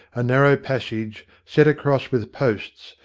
a narrow passage, set across with posts,